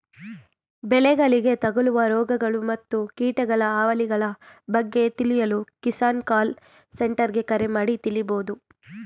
ಬೆಳೆಗಳಿಗೆ ತಗಲುವ ರೋಗಗಳು ಮತ್ತು ಕೀಟಗಳ ಹಾವಳಿಗಳ ಬಗ್ಗೆ ತಿಳಿಯಲು ಕಿಸಾನ್ ಕಾಲ್ ಸೆಂಟರ್ಗೆ ಕರೆ ಮಾಡಿ ತಿಳಿಬೋದು